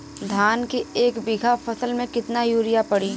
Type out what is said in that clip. धान के एक बिघा फसल मे कितना यूरिया पड़ी?